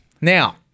Now